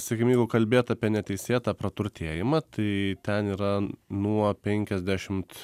sakykim jeigu kalbėt apie neteisėtą praturtėjimą tai ten yra nuo penkiasdešimt